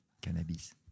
Cannabis